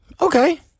Okay